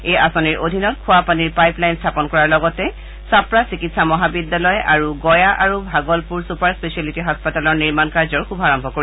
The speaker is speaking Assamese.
এই আঁচনিৰ অধীনত খোৱাপানীৰ পাইপ লাইন স্থাপন কৰাৰ লগতে চাপ্ৰা চিকিৎসা মহাবিদ্যালয় আৰু গঞা আৰু ভাগলপুৰ ছুপাৰ স্পেচিয়েলিটী হাস্পতালৰ নিৰ্মাণ কাৰ্যৰ শুভাৰম্ভ কৰিব